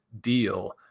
deal